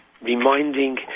reminding